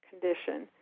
condition